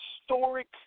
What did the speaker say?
historic